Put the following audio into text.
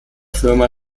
firma